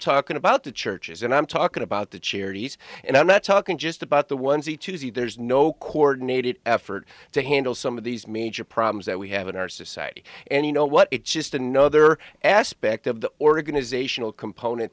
talking about the churches and i'm talking about the charities and i'm not talking just about the ones you to see there's no court needed effort to handle some of these major problems that we have in our society and you know what it just another aspect of the organizational component